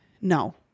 no